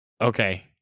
Okay